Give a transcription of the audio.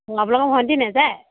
আপোনালোকৰ ভণ্টি নাযায়